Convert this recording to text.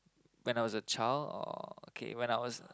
when I was a child or K when I was a